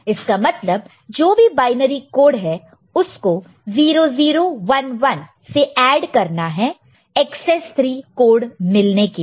इसका मतलब जो भी बायनरी कोड हो उसको 0 0 1 1 से एड कर ना है एकसेस 3 कोड मिलने के लिए